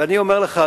ואני אומר לך,